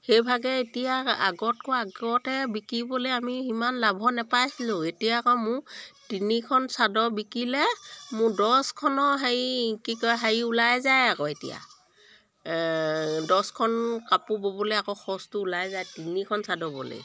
সেইভাগে এতিয়া আগতকৈ আগতে বিকিবলৈ আমি সিমান লাভ নাপাইছিলোঁ এতিয়া আকৌ মোক তিনিখন চাদৰ বিকিলে মোৰ দহখনৰ হেৰি কি কয় হেৰি ওলাই যায় আকৌ এতিয়া দহখন কাপোৰ ব'বলৈ আকৌ খৰচটো ওলাই যায় তিনিখন চাদৰ ব'লে